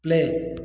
play